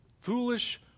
Foolish